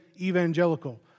evangelical